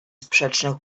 sprzecznych